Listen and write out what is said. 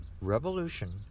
revolution